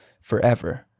forever